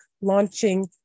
launching